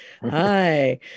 Hi